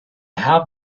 have